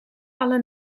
alle